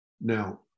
Now